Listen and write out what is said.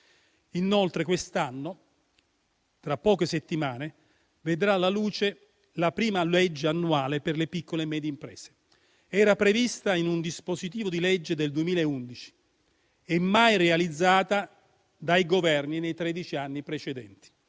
Inoltre tra poche settimane vedrà la luce la prima legge annuale per le piccole e medie imprese, prevista in un dispositivo di legge del 2011 e mai realizzata dai Governi nei tredici anni precedenti.